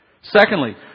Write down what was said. Secondly